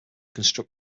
construct